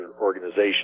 organization